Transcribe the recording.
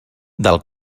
del